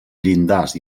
llindars